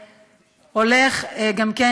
הולך גם כן,